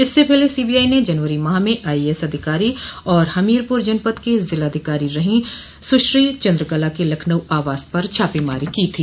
इससे पहले सीबोआई ने जनवरी माह में आईएएस अधिकारी और हमीरपुर जनपद की जिलाधिकारी रही सुश्री चंद्रकला के लखनऊ आवास पर छापेमारी की थी